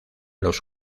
los